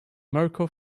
mirco